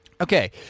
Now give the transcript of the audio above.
Okay